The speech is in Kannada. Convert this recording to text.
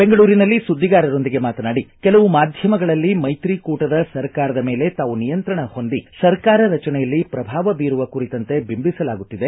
ಬೆಂಗಳೂರಿನಲ್ಲಿ ಸುದ್ದಿಗಾರರೊಂದಿಗೆ ಮಾತನಾಡಿ ಕೆಲವು ಮಾಧ್ಯಮಗಳಲ್ಲಿ ಮೈತ್ರಿ ಕೂಟದ ಸರ್ಕಾರದ ಮೇಲೆ ತಾವು ನಿಯಂತ್ರಣ ಹೊಂದಿ ಸರ್ಕಾರ ಮುಂದಿನ ಸಚಿವ ಸಂಪುಟ ರಚನೆಯಲ್ಲಿ ಪ್ರಭಾವ ಬೀರುವ ಕುರಿತಂತೆ ಬಿಂಬಿಸಲಾಗುತ್ತಿದೆ